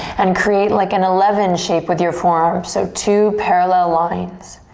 and create like an eleven shape with your forearms so two parallel lines.